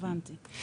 הבנתי.